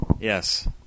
yes